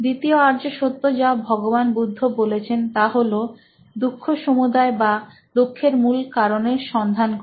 দ্বিতীয় আর্য সত্য যা ভগবান বুদ্ধ বলেছেন তা হলো দুঃখ সমুদায় বা দুঃখের মূল কারনের সন্ধান করা